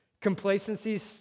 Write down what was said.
Complacency